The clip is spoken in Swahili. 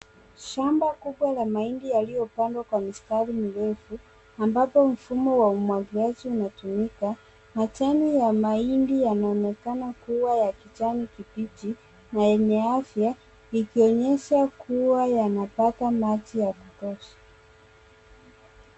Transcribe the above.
Shamba kubwa ya mahindi yalipandwa kwa mistari mirefu ambapo mfumo wa umwangiliaji matone umetumika. Majani ya mahindi yanaonekana kuwa ya kijani kibichi na yenye afya ikionyesha kuwa yanapata maji ya kutosha.